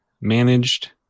managed